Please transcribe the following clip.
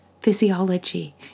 physiology